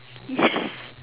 yes